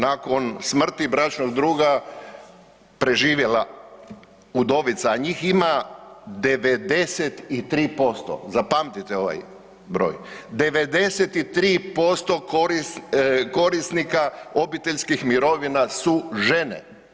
Nakon smrti bračnog druga preživjela udovica, a njih ima 93%, zapamtite ovaj broj 93% korisnika obiteljskih mirovina su žene.